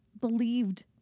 believed